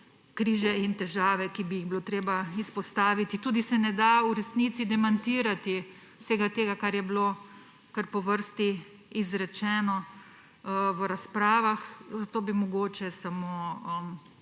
križe in težave, ki bi jih bilo treba izpostaviti. Tudi se ne da v resnici demantirati vsega tega, kar je bilo kar po vrsti izrečeno v razpravah, zato bi mogoče samo